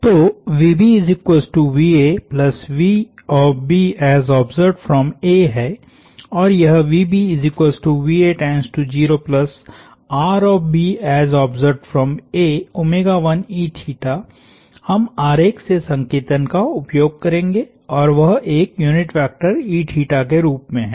तोहै और यहहम आरेख से संकेतन का उपयोग करेंगे और वह एक यूनिट वेक्टर के रूप में है